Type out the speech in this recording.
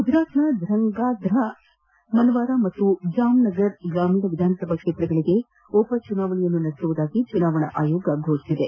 ಗುಜರಾತ್ನ ಧ್ರಂಗಾದ್ರಾ ಮನವಾಧರ್ ಮತ್ತು ಜಾಮ್ ನಗರ್ ಗ್ರಾಮೀಣ ವಿಧಾನಸಭಾ ಕ್ಷೇತ್ರಗಳಿಗೆ ಉಪ ಚುನಾವಣೆಯನ್ನು ನಡೆಸುವುದಾಗಿ ಚುನಾವಣಾ ಆಯೋಗ ಘೋಷಿಸಿದೆ